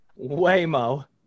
Waymo